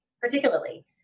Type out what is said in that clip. particularly